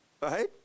right